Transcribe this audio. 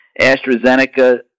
AstraZeneca